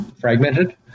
fragmented